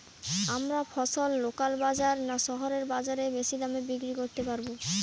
আমরা ফসল লোকাল বাজার না শহরের বাজারে বেশি দামে বিক্রি করতে পারবো?